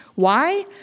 why?